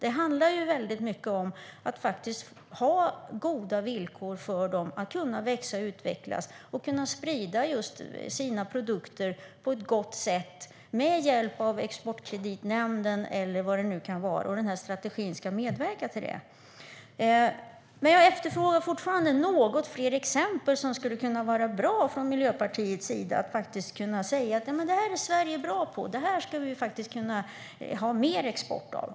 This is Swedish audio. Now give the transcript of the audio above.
Det handlar väldigt mycket om att ha goda villkor för dem att kunna växa och utvecklas och kunna sprida sina produkter på ett gott sätt med hjälp av till exempel Exportkreditnämnden. Den här strategin ska medverka till det. Jag efterfrågar fortfarande något fler exempel från Miljöpartiets sida, där man faktiskt kan säga: Detta är Sverige bra på, det här skulle vi kunna ha mer export av.